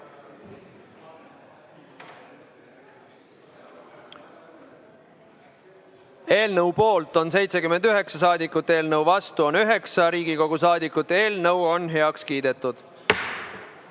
Eelnõu poolt on 79 saadikut, eelnõu vastu on 9 Riigikogu liiget, eelnõu on heaks kiidetud.